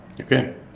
Okay